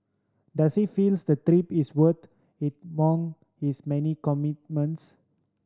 does he feels the trip is worth it among his many commitments